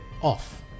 off